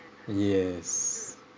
yes